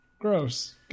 Gross